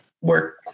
work